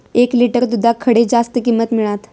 एक लिटर दूधाक खडे जास्त किंमत मिळात?